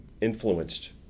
influenced